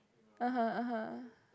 (uh huh) (uh huh)